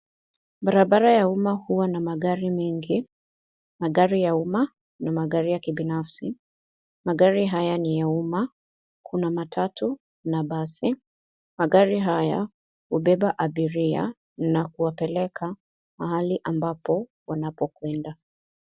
Barabara ya Uma huwa na magari mengi . Magari ya Uma magari ya kibinafsi. Magari haya ni ya Uma kuna matatu na basi magari haya hubeba abiria na kuwabeba mahali ambapo wanapokwenda.